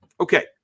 Okay